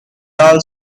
are